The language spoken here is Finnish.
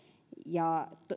ja